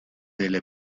delle